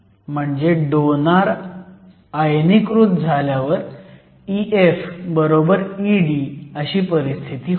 म्हणजे डोनार आयनीकृत झाल्यावर EF ED